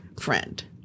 friend